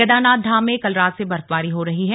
केदारनाथ धाम में कल रात से बर्फबारी हो रही है